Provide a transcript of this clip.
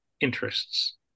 interests